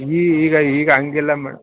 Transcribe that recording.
ಈ ಈಗ ಈಗ ಹಾಗಿಲ್ಲ ಮೇಡಮ್